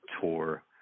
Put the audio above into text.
tour